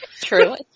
True